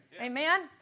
Amen